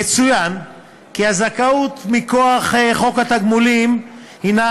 יצוין כי הזכאות מכוח חוק התגמולים הנה